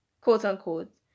quote-unquote